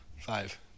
Five